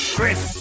Chris